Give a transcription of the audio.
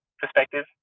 perspective